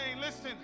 listen